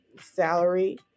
salary